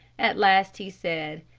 at last he said,